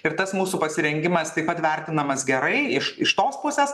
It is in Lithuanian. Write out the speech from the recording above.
ir tas mūsų pasirengimas taip pat vertinamas gerai iš iš tos pusės